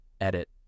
Edit